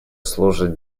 служит